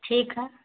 ٹھیک ہے